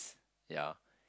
yeah